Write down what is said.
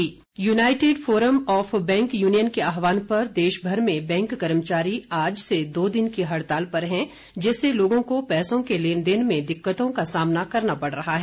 हुड़ताल United Forum of bank union के आहवान पर देशभर के बैंक कर्मचारी आज से दो दिन की हड़ताल पर हैं जिससे लोगों को पैसों के लेन देन में दिक्कतों का सामना करना पड़ रहा है